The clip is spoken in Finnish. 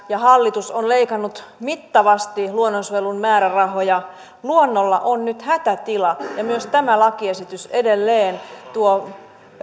ja hallitus on leikannut mittavasti luonnonsuojelun määrärahoja luonnolla on nyt hätätila ja myös tämä lakiesitys edelleen tuo